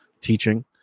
teaching